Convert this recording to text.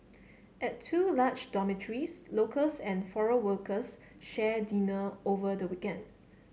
at two large dormitories locals and foreign workers shared dinner over the weekend